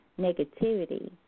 negativity